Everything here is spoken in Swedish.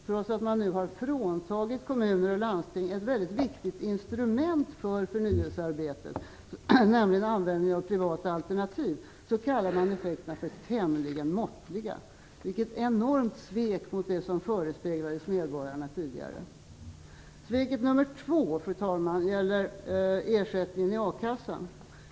Trots att man nu har fråntagit kommuner och landsting ett väldigt viktigt instrument för förnyelsearbetet, nämligen användningen av privata alternativ, kallar man effekterna för "tämligen måttliga". Vilket enormt svek mot det som förespeglades medborgarna tidigare! Svek nummer två, fru talman, gäller ersättningen i a-kassan.